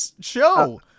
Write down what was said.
show